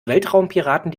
weltraumpiraten